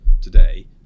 today